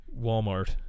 Walmart